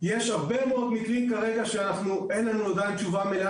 גם שיש להם קרובי משפחה וגם שאין להם קרובי משפחה.